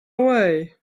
way